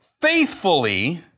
faithfully